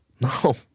No